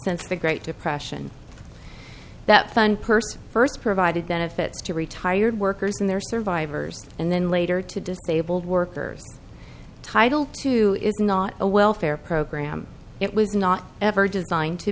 since the great depression that fund person first provided benefits to retired workers and their survivors and then later to disabled workers title two is not a welfare program it was not ever designed to